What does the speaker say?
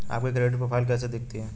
आपकी credit profile कैसी दिखती है?